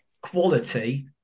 quality